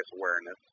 awareness